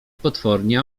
potwornie